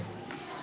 כן.